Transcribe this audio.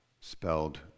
spelled